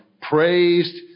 praised